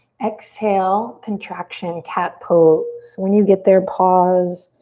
exhale, contraction, cat pose. when you get there, pause.